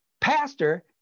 pastor